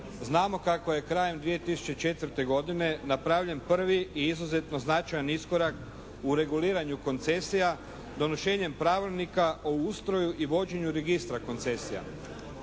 znamo kako je krajem 2004. godine napravljen prvi i izuzetno značajan iskorak u reguliranju koncesija donošenjem Pravilnika o ustroju i vođenju registra koncesija.